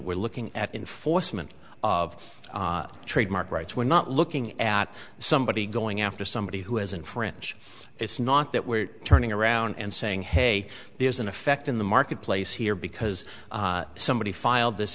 we're looking at enforcement of trade mark writes we're not looking at somebody going after somebody who isn't french it's not that we're turning around and saying hey there's an effect in the marketplace here because somebody filed this